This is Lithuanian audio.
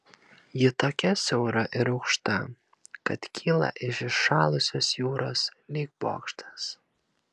ji tokia siaura ir aukšta kad kyla iš įšalusios jūros lyg bokštas